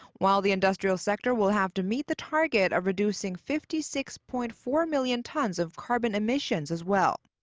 while the industrial sector will have to meet the target of reducing fifty six point four million tons of carbon emissions as well.